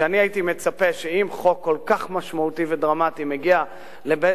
כשאני הייתי מצפה שאם חוק כל כך משמעותי ודרמטי מגיע לבית-המחוקקים,